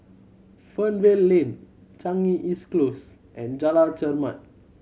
Fernvale Lane Changi East Close and Jalan Chermat